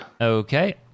Okay